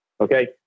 Okay